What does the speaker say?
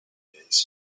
days